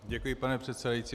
Děkuji, pane předsedající.